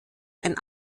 ein